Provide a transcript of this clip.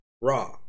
raw